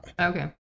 Okay